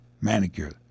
Manicure